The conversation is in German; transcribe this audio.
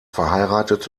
verheiratet